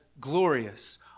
glorious